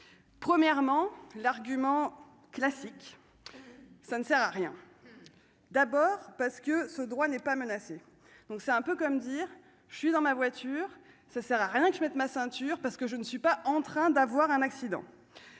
premièrement l'argument classique, ça ne sert à rien, d'abord parce que ce droit n'est pas menacée, donc c'est un peu comme dire je suis dans ma voiture, ça sert à rien que je mette ma ceinture parce que je ne suis pas en train d'avoir un accident,